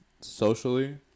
socially